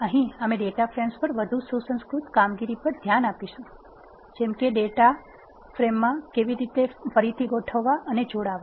અહીં અમે data frames પર વધુ સુસંસ્કૃત કામગીરી પર ધ્યાન આપીશું જેમ કે ડેટા ફ્રેમ્સમાં ફરીથી ગોઠવવા અને જોડાવા